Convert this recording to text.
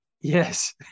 yes